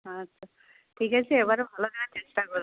আচ্ছা ঠিক আছে এবারে ভালো দেয়ার চেষ্টা করবো